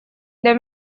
для